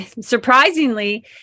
surprisingly